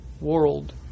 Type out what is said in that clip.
world